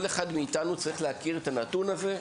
אחד מאיתנו צריך להכיר את הנתון הזה,